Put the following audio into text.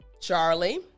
Charlie